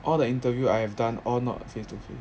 all the interview I have done all not face to face